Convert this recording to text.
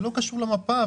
זה לא קשור למפה,